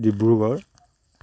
Dibrugarh